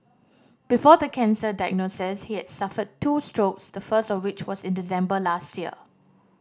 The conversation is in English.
before the cancer diagnosis he had suffered two strokes the first of which was in December last year